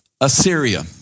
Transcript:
Assyria